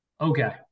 okay